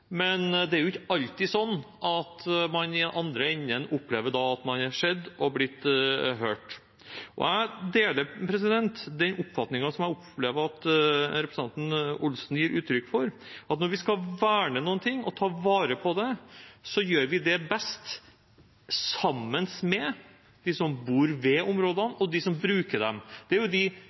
Men det er ikke alltid sånn at man i andre enden opplever at man er blitt sett og hørt. Jeg deler den oppfatningen som jeg opplever at representanten Olsen gir uttrykk for, at når vi skal verne noe og ta vare på det, gjør vi det best sammen med dem som bor ved områdene og dem som bruker dem. Det er de